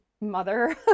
mother